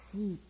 seek